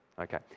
okay